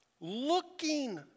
looking